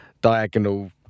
diagonal